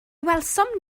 welsom